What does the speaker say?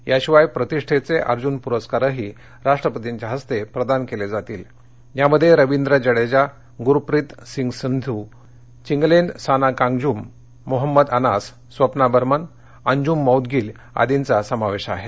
या शिवाय प्रतिष्ठेचे अर्जुन प्रस्कारही राष्टपतींच्या हस्ते प्रदान केले जातील यामध्ये रवींद्र जडेजा गुरप्रीत सिंग सिंध चिंगलेनसाना कांगूजम मोहम्मद अनास स्वप्ना बर्मन अंजूम मौदगिल आदींचा समावेश आहे